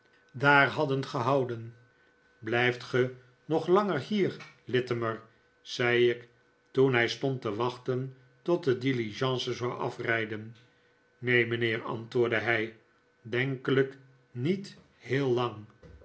daar hadden gehouden blijft ge nog lang hier littimer zei ik toen hij stond te wachten tot de diligence zou afrijden neen mijnheer antwoordde hij denkelijk niet heel lang